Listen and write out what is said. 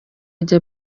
ajya